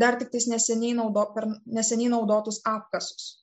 dar tiktai neseniai naudot per neseniai naudotus apkasus